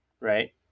Right